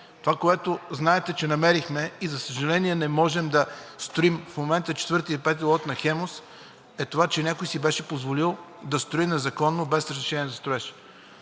Това, което знаете, че намерихме и, за съжаление, не можем да строим в момента – 4 и 5 лот на „Хемус“, е това, че някой си беше позволил да строи незаконно без разрешение за строеж.